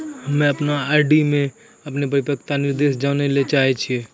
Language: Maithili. हम्मे अपनो आर.डी मे अपनो परिपक्वता निर्देश जानै ले चाहै छियै